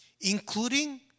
including